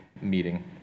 meeting